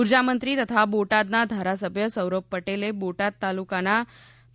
ઉર્જામંત્રી તથા બોટાદના ધારાસભ્ય સૌરભ પટેલે બોટાદ તાલુકાના